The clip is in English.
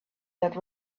that